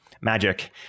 magic